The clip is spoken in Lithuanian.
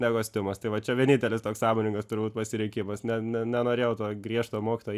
ne kostiumas tai va čia vienintelis toks sąmoningas turbūt pasirinkimas ne nenorėjau to griežto mokytojo